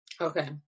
Okay